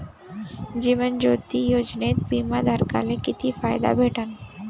जीवन ज्योती योजनेत बिमा धारकाले किती फायदा भेटन?